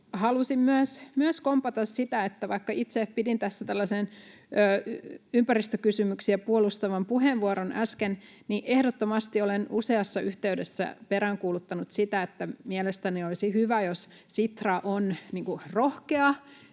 Halusin myös kompata sitä, että vaikka itse pidin tässä ympäristökysymyksiä puolustavan puheenvuoron äsken, niin ehdottomasti olen useassa yhteydessä peräänkuuluttanut sitä, että mielestäni olisi hyvä, jos Sitra on rohkea.